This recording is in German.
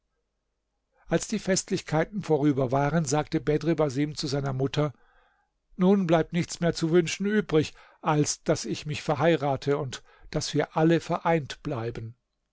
als die festlichkeiten vorüber waren sagte bedr basim zu seiner mutter nun bleibt nichts mehr zu wünschen übrig als daß ich mich verheirate und daß wir alle vereint bleiben